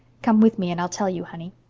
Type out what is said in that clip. come with me and i'll tell you, honey.